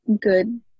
good